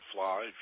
Fly